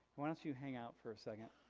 why don't you hang out for a second.